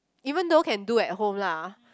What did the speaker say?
even though can do at home lah